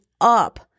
up